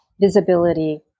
visibility